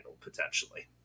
potentially